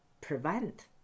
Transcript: prevent